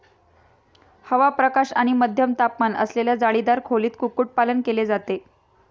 हवा, प्रकाश आणि मध्यम तापमान असलेल्या जाळीदार खोलीत कुक्कुटपालन केले जाते